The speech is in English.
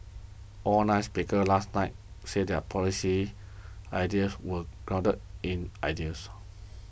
all nine speakers last night said their policy ideas were grounded in ideals